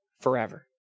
forever